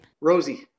Rosie